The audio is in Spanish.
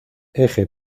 eje